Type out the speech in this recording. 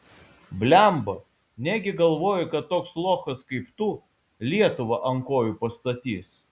blemba negi galvoji kad toks lochas kaip tu lietuvą ant kojų pastatys